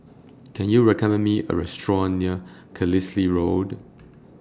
Can YOU recommend Me A Restaurant near Carlisle Road